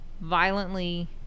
violently